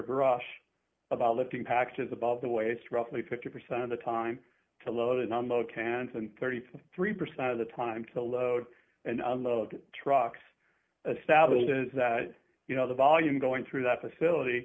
brush about lifting packages above the waist roughly fifty percent of the time to load and unload cans and thirty three percent of the time to load and unload trucks stablished is that you know the volume going through that facility